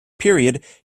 period